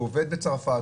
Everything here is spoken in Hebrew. הוא עובד בצרפת,